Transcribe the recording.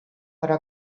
però